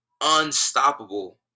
unstoppable